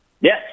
Yes